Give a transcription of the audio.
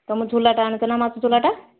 ତମ ଝୁଲାଟା ଆଣିଛନା ମାଛ ଝୁଲାଟା